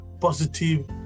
positive